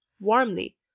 warmly